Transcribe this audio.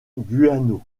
guano